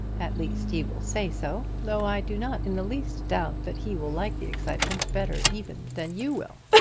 at least, he will say so though i do not in the least doubt that he will like the excitement better even than you will.